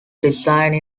designed